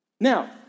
Now